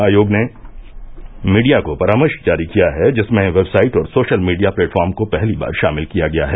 आयोग ने मीडिया को परामर्श जारी किया है जिसमें वेबसाइट और सोशल मीडिया प्लेटफार्म को पहली बार शामिल किया गया है